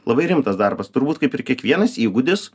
labai rimtas darbas turbūt kaip ir kiekvienas įgūdis